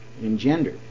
engender